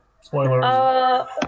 spoiler